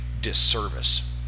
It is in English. disservice